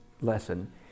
lesson